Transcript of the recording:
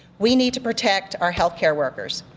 we need to protect our health care workers.